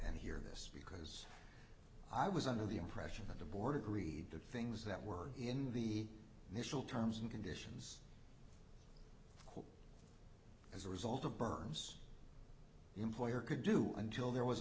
it here this week i was under the impression that the board agreed to things that were in the initial terms and conditions as a result of berms employer could do until there was